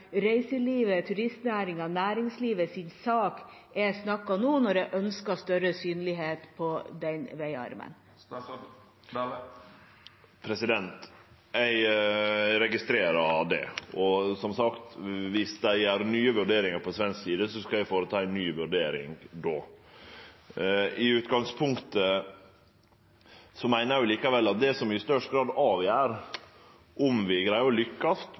sak jeg snakker nå, når jeg ønsker større synlighet for den veiarmen. Eg registrerer det, og – som sagt – viss dei gjer nye vurderingar på svensk side, skal eg gjere ei ny vurdering då. I utgangspunktet meiner eg likevel at det som i størst grad avgjer om vi greier å lykkast